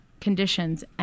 conditions